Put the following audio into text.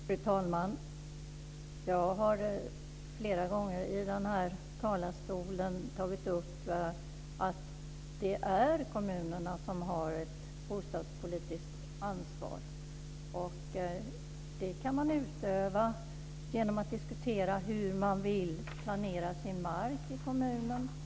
Fru talman! Jag har flera gånger i den här talarstolen tagit upp att det är kommunerna som har ett bostadspolitiskt ansvar. Det kan man utöva genom att diskutera hur man vill planera sin mark i kommunen.